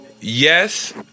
yes